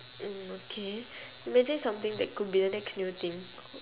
mm okay imagine something that could be the next new thing